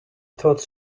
thought